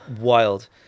Wild